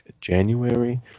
January